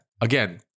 Again